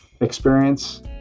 experience